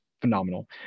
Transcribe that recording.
phenomenal